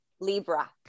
Libra